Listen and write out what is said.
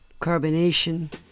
carbonation